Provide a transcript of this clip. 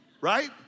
right